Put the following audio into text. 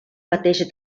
mateix